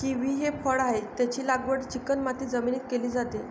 kiwi हे फळ आहे, त्याची लागवड चिकणमाती जमिनीत केली जाते